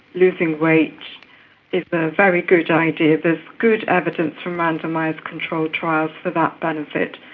losing weight is a very good idea. there is good evidence from randomised control trials for that benefit.